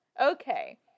Okay